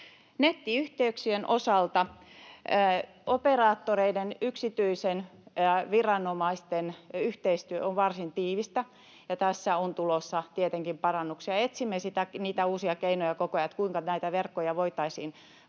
Nettiyhteyksien osalta: Operaattoreiden eli yksityisten ja viranomaisten yhteistyö on varsin tiivistä, ja tässä on tulossa tietenkin parannuksia. Etsimme koko ajan uusia keinoja, kuinka näitä verkkoja voitaisiin parantaa